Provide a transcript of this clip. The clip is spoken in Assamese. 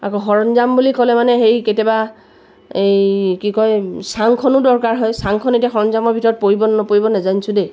আকৌ সৰঞ্জাম বুলি ক'লে মানে হেৰি কেতিয়াবা এই কি কয় চাংখনো দৰকাৰ হয় চাংখন এতিয়া সৰঞ্জামৰ ভিতৰত পৰিব নে নপৰিব নাজানিছোঁ দেই